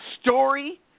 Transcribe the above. story